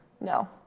No